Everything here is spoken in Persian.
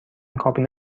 کابین